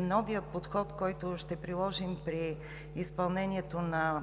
Новият подход, който ще приложим при изпълнението на